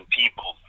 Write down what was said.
people